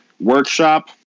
workshop